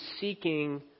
seeking